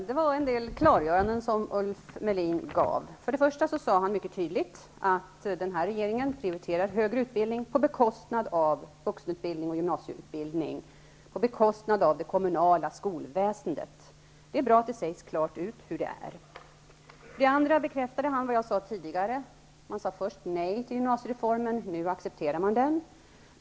Herr talman! Ulf Melin gjorde en del klarlägganden. För det första sade han mycket tydligt att regeringen prioriterar högre utbildning på bekostnad av vuxenutbildning, gymnasieutbildning och det kommunala skolväsendet. Det är bra att det sägs klart ut hur det är. För det andra bekräftade han vad jag tidigare framhöll, att man först sade nej till gymnasiereformen, men nu accepterar den.